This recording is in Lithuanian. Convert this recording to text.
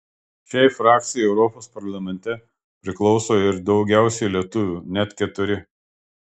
šiai frakcijai europos parlamente priklauso ir daugiausiai lietuvių net keturi